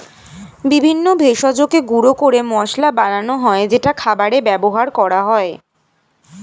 বিভিন্ন ভেষজকে গুঁড়ো করে মশলা বানানো হয় যেটা খাবারে ব্যবহার করা হয়